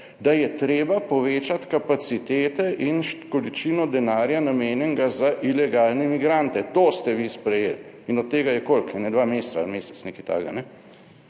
da je treba povečati kapacitete in količino denarja namenjenega za ilegalne migrante. To ste vi sprejeli. In od tega je, koliko, ene dva meseca ali mesec, nekaj takega. To